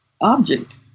object